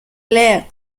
leer